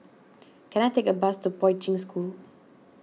can I take a bus to Poi Ching School